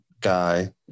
guy